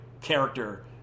character